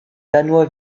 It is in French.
danois